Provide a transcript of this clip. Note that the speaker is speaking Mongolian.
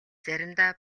заримдаа